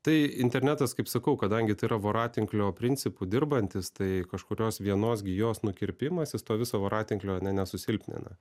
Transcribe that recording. tai internetas kaip sakau kadangi tai yra voratinklio principu dirbantis tai kažkurios vienos gijos nukirpimas jis to viso voratinklio ne nesusilpnina